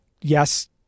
yes